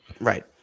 Right